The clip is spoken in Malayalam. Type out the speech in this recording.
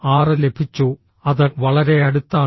6 ലഭിച്ചു അത് വളരെ അടുത്താണ്